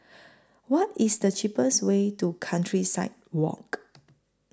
What IS The cheapest Way to Countryside Walk